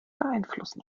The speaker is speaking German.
beeinflussen